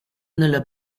nella